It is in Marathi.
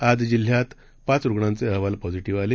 आज जिल्ह्यात आज पाच रुग्णांचे अहवाल पॅझिटिव्ह आले